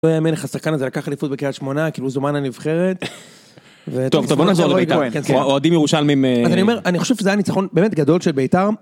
לא יאמן איך השחקן הזה לקח אליפות בקריית שמונה, כאילו, הוא זומן לנבחרת... טוב, טוב, בוא נחזור לביתר, כן.. אוהדים ירושלמים אה... אז אני אומר, אני חושב שזה היה ניצחון באמת גדול של ביתר.